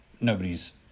nobody's